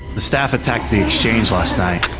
the staff attacked the exchange last night.